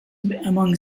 among